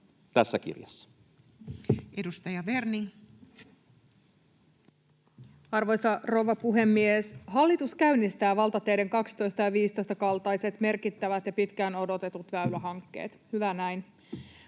Time: 17:28 Content: Arvoisa rouva puhemies! Hallitus käynnistää valtateiden 12 ja 15 kaltaiset merkittävät ja pitkään odotetut väylähankkeet — hyvä näin